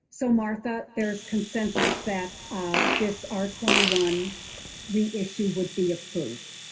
so, martha, there's consensus that this r twenty one reissue would be approved.